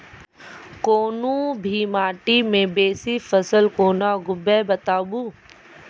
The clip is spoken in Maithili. कूनू भी माटि मे बेसी फसल कूना उगैबै, बताबू?